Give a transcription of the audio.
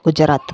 Gujarat